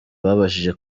babashije